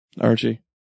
Archie